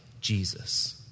Jesus